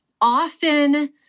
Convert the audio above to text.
often